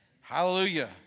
Hallelujah